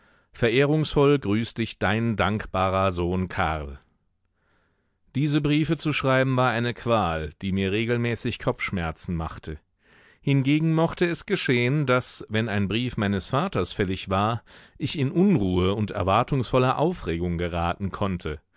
verehrungsvoll grüßt dich dein dankbarer sohn karl diese briefe zu schreiben war eine qual die mir regelmäßig kopfschmerzen machte hingegen mochte es geschehen daß wenn ein brief meines vaters fällig war ich in unruhe und erwartungsvolle aufregung geraten konnte